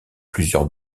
plusieurs